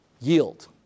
yield